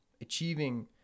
achieving